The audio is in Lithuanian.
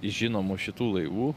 žinomų šitų laivų